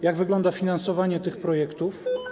Jak wygląda finansowanie tych projektów?